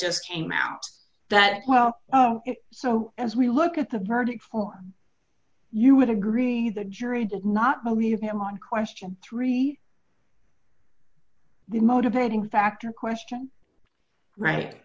just came out that well so as we look at the verdict form you would agree the jury did not believe him on question three the motivating factor question right